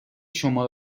شما